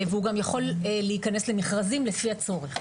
והוא גם יכול להיכנס למכרזים לפי הצורך.